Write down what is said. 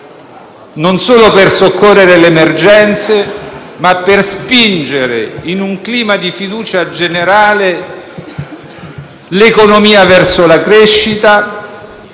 non solo per soccorrere le emergenze, ma anche per spingere in un clima di fiducia generale l'economia verso la crescita,